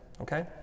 okay